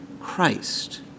Christ